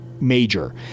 major